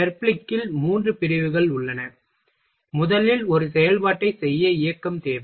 தெர்பிலிக்கில் மூன்று பிரிவுகள் உள்ளன முதலில் ஒரு செயல்பாட்டைச் செய்ய இயக்கம் தேவை